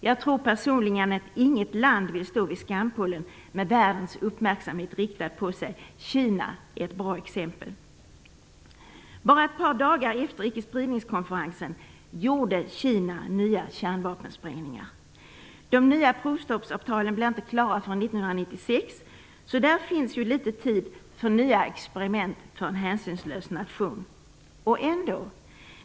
Jag tror personligen att inget land vill stå vid skampålen med världens uppmärksamhet riktad på sig. Kina är ett bra exempel. Bara ett par dagar efter ickespridningskonferensen gjorde Kina nya kärnvapensprängningar. De nya provstoppsavtalen blir inte klara förrän 1996, så det finns litet tid för nya experiment för en hänsynslös nation.